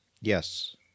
Yes